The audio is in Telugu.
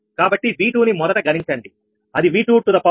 కాబట్టి V2 ని మొదట గణించండి అది 𝑉2𝑝1